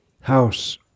house